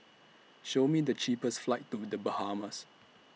Show Me The cheapest flights to The Bahamas